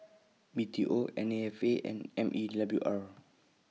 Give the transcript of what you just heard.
B T O N A F A and M E W R